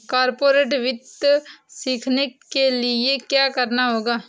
corporate वित्त सीखने के लिया क्या करना होगा